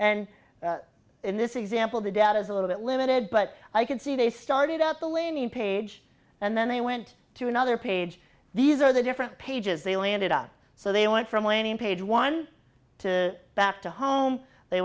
in this example the data is a little bit limited but i can see they started out the lane in page and then they went to another page these are the different pages they landed up so they went from landing page one to back to home they